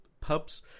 pubs